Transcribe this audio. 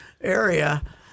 area